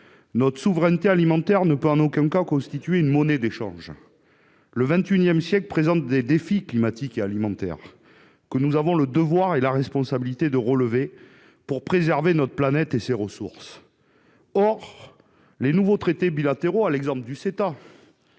Notre souveraineté alimentaire ne peut en aucun cas constituer une monnaie d'échange. Le XXI siècle présente des défis climatiques et alimentaires que nous avons le devoir et la responsabilité de relever pour préserver notre planète et ses ressources. Or les nouveaux traités bilatéraux, à l'exemple de